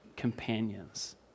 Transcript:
companions